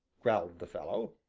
growled the fellow.